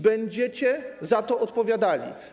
Będziecie za to odpowiadali.